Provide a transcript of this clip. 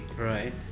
Right